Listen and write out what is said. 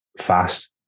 fast